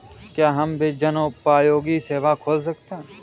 क्या हम भी जनोपयोगी सेवा खोल सकते हैं?